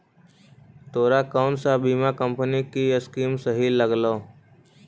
तोरा कौन सा बीमा कंपनी की स्कीम सही लागलो